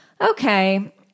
Okay